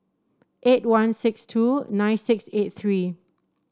eight one six two nine six eight three